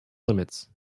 limits